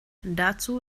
dazu